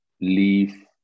leave